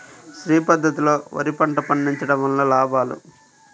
శ్రీ పద్ధతిలో వరి పంట పండించడం వలన లాభాలు?